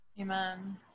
Amen